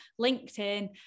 LinkedIn